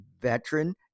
veteran